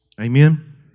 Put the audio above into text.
Amen